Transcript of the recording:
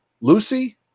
Lucy